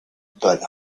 but